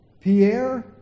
Pierre